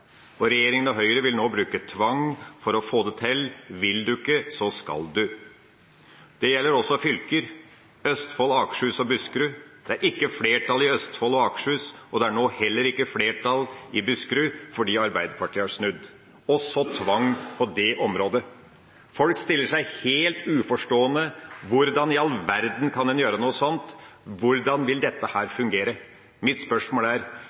arbeid. Regjeringa – med Høyre – vil nå bruke tvang for å få det til: Vil du ikke, så skal du. Det gjelder også fylker: Østfold, Akershus og Buskerud. Det er ikke flertall i Østfold og Akershus, og det er nå heller ikke flertall i Buskerud, fordi Arbeiderpartiet har snudd. Det er også tvang på det området. Folk stiller seg helt uforstående: Hvordan i all verden kan en gjøre noe sånt? Hvordan vil dette fungere? Mitt spørsmål er: